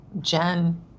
Jen